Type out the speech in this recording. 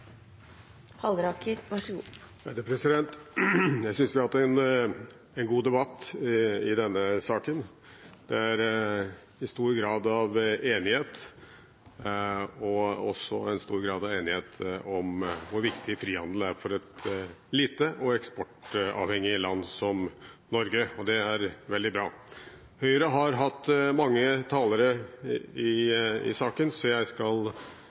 Jeg synes vi har hatt en god debatt i denne saken. Det er stor grad av enighet, og det er også en stor grad av enighet om hvor viktig frihandel er for et lite og eksportavhengig land som Norge. Det er veldig bra. Høyre har hatt mange talere i saken, så jeg skal